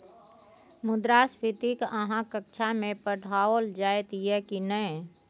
मुद्रास्फीति अहाँक कक्षामे पढ़ाओल जाइत यै की नै?